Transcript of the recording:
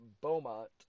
Beaumont